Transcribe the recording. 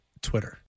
Twitter